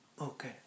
Okay